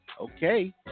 okay